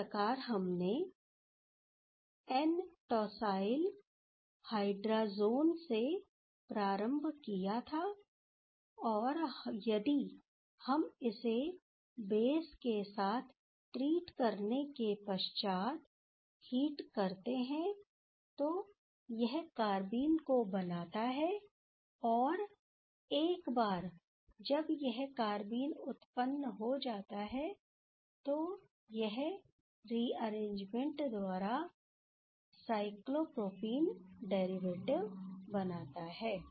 इस प्रकार हमने एन टॉसाइल हाइड्राजोन से प्रारंभ किया था और यदि हम इसे बेस के साथ ट्रीट करने के पश्चात हिट करते हैं तो यह कारबीन को बनाता है और एक बार जब यह कारबीन उत्पन्न हो जाता है तो यह रिअरेंजमेंट द्वारा साइक्लोप्रोपीन डेरिवेटिव बनाता है